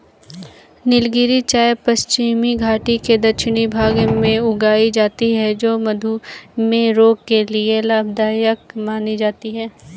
नीलगिरी चाय पश्चिमी घाटी के दक्षिणी भाग में उगाई जाती है जो मधुमेह रोग के लिए लाभदायक मानी जाती है